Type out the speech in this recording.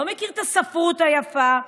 לא מכיר את הספרות היפה.